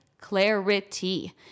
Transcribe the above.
clarity